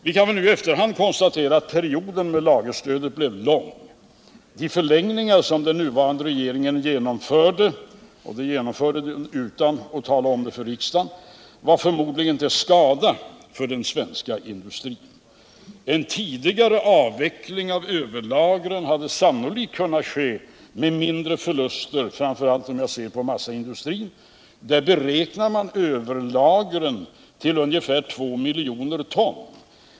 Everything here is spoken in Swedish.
Vi kan väl nu i efterhand konstatera att perioden med lagerstöd blev lång. De förlängningar som den nuvarande regeringen genomförde — utan att tala om det för riksdagen — var förmodligen till skada för den svenska industrin. En tidigare avveckling av överlagren hade sannolikt kunnat ske med mindre förluster, framför allt inom massaindustrin, där man beräknat överlagren till ca 2 miljoner ton.